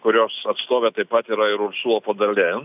kurios atstovė taip pat yra ir ursula fon der lejen